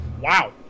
Wow